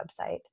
website